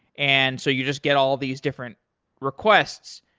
and so you just get all of these different requests.